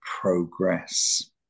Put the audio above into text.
progress